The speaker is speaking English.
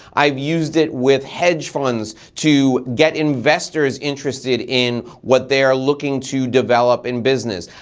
i've used it with hedge funds to get investors interested in what they are looking to develop in business.